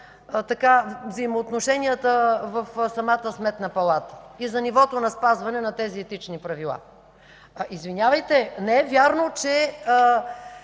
взаимоотношенията в самата Сметна палата и за нивото на спазване на тези Етични правила. Извинявайте, не е вярно, че